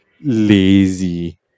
lazy